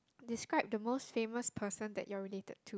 describe the most famous person that you are related to